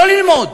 לא ללמוד.